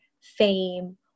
fame